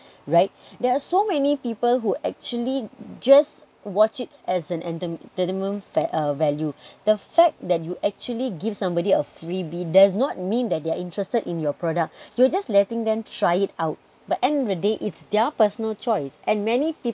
right there are so many people who actually just watch it as an entertainment uh value the fact that you actually give somebody a freebie does not mean that they're interested in your product you're just letting them try it out but end of the day it's their personal choice and many people